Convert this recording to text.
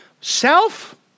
Self